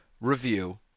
review